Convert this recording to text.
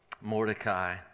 Mordecai